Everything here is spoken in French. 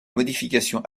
modifications